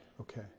Okay